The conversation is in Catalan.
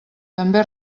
també